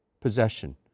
possession